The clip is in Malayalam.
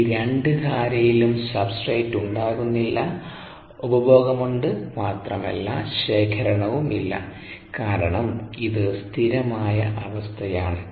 ഈ രണ്ട് ധാരയിലും സബ്സ്ട്രേറ് ഉണ്ടാകുന്നില്ല ഉപഭോഗമുണ്ട് മാത്രമല്ല ശേഖരണവും ഇല്ല കാരണം ഇത് സ്ഥിരമായ അവസ്ഥയാണ്